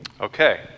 Okay